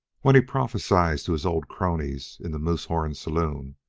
when he prophesied to his old cronies, in the moosehorn saloon,